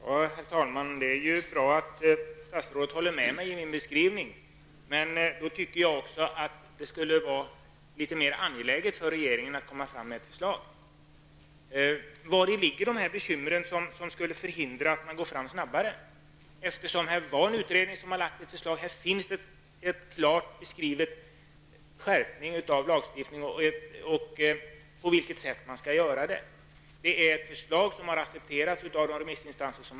Herr talman! Det är bra att statsrådet håller med mig i min beskrivning. Men jag tycker att det skulle vara litet mer angeläget för regeringen att komma fram med ett förslag. Vari ligger bekymren som skulle förhindra att man går fram snabbare? En utredning har lagt fram ett förslag, där det finns en klar beskrivning av en skärpning av lagstiftningen och på vilket sätt den skulle kunna gå till. Det är förslag som har accepterats av tillfrågade remissinstanser.